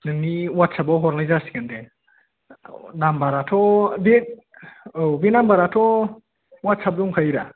नोंनि अवाट्सआपआव हरनाय जासिगोन दे नाम्बाराथ' बे औ बे नाम्बाराथ' अवाट्सआप दंखायोदा